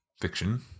fiction